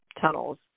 Tunnels